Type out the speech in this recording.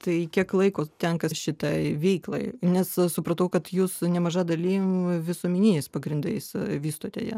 tai kiek laiko tenka šitai veiklai nes supratau kad jūs nemaža dalim visuomeniniais pagrindais vystote ją